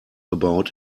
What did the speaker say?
about